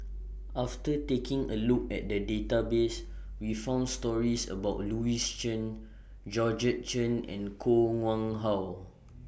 after taking A Look At The Database We found stories about Louis Chen Georgette Chen and Koh Nguang How